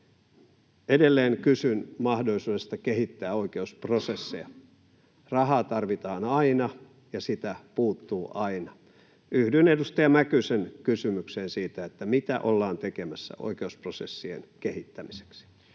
Edelleen kysyn mahdollisuudesta kehittää oikeusprosesseja. Rahaa tarvitaan aina, ja sitä puuttuu aina. Yhdyn edustaja Mäkysen kysymykseen siitä, mitä ollaan tekemässä oikeusprosessien kehittämiseksi.